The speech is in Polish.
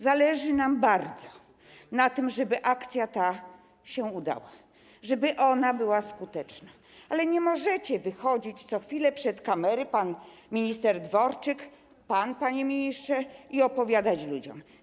Zależy nam bardzo na tym, żeby ta akcja się udała, żeby była skuteczna, ale nie możecie wychodzić co chwilę przed kamery - pan minister Dworczyk, pan, panie ministrze - i opowiadać ludziom.